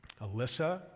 Alyssa